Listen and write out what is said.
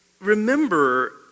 remember